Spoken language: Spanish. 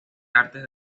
artes